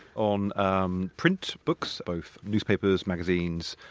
on um print books, both newspapers, magazines,